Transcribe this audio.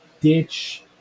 ditch